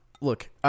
look